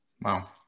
Wow